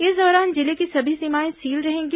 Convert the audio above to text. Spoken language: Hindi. इस दौरान जिले की सभी सीमाएं सील रहेंगी